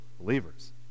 believers